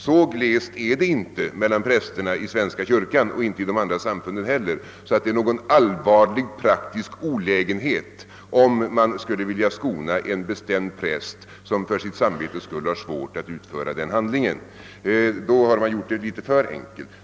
Så glest är det inte mellan prästerna i den svenska kyrkan, och inte i de andra samfunden heller, att det skulle innebära någon allvarlig praktisk olägenhet om man skulle vilja skona en bestämd präst som för sitt samvetes skull har svårt att utföra denna handling. Då har man gjort det litet för enkelt.